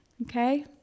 Okay